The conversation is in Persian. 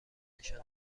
نشان